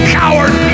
coward